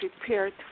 prepared